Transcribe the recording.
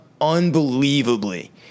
unbelievably